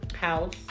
House